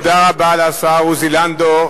תודה רבה לשר עוזי לנדאו.